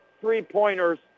three-pointers